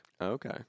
Okay